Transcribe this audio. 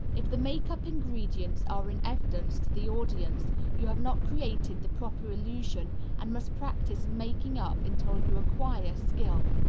if the makeup ingredients are in evidence to the audience you have not created the proper illusion and must practice making up until you acquire skill.